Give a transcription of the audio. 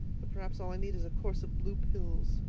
but perhaps all i need is a course of blue pills.